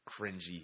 cringy